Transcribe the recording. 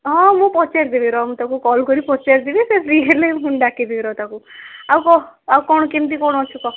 ହଁ ମୁଁ ପଚାରିଦେବି ରହ ମୁଁ ତାକୁ କଲ୍ କରିକି ପଚାରି ଦେବି ସେ ଫ୍ରି ହେଲେ ମୁଁ ଡାକିଦେବି ରହ ତାକୁ ଆଉ କହ ଆଉ କେମିତି କ'ଣ ଅଛୁ କହ